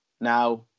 Now